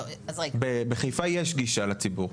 בחיפה יש גישה לציבור.